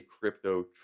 crypto